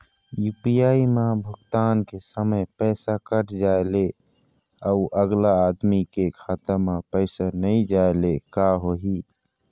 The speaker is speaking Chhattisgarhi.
यू.पी.आई म भुगतान के समय पैसा कट जाय ले, अउ अगला आदमी के खाता म पैसा नई जाय ले का होही?